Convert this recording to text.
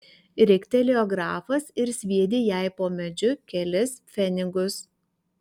riktelėjo grafas ir sviedė jai po medžiu kelis pfenigus